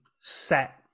set